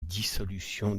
dissolution